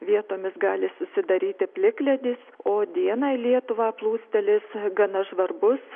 vietomis gali susidaryti plikledis o dieną į lietuvą plūstelės gana žvarbus